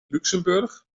luxemburg